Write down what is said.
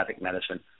medicine